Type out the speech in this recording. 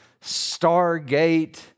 Stargate